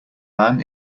man